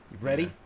Ready